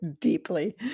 deeply